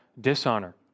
dishonor